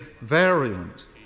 variant